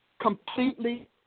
Completely